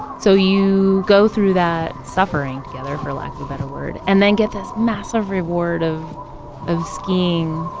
so you go through that suffering together, for lack of a better word, and then get this massive reward of of skiing.